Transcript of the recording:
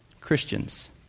Christians